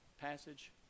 passage